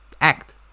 act